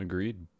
Agreed